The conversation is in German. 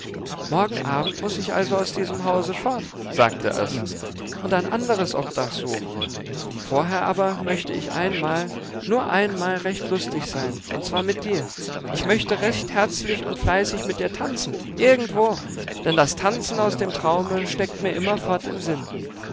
morgen abend muß ich also aus diesem hause fort sagte es und ein anderes obdach suchen vorher aber möchte ich einmal nur einmal recht lustig sein und zwar mit dir ich möchte recht herzlich und fleißig mit dir tanzen irgendwo denn das tanzen aus dem traume steckt mir immerfort im sinn